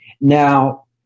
now